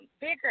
bigger